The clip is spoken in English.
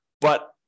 but-